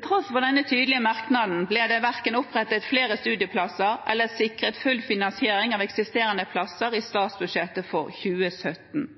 Til tross for denne tydelige merknaden ble det verken opprettet flere studieplasser eller sikret full finansiering av eksisterende plasser i statsbudsjettet for 2017.